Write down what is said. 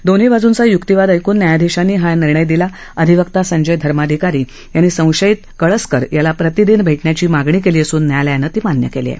दोन्ही बाजुंचा युक्तिवाद ऐकून न्यायाधिशांनी हा निर्णय दिला अधिवक्ता संजय धर्माधिकारी यांनी संशयित शरद कळसकर याला प्रतिदिन भेटण्याची मागणी केली असून न्यायालयानं ती मान्य केली आहे